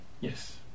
Yes